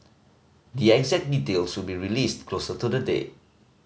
the exact details will be released closer to the date